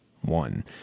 one